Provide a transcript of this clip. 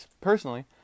personally